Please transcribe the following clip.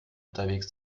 unterwegs